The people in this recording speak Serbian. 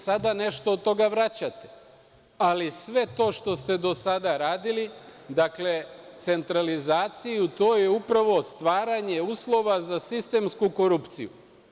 Sada nešto od toga vraćate, ali sve to što ste do sada radili, dakle, centralizaciju, to je upravo stvaranje uslova za sistemsku korupciju.